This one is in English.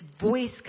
voice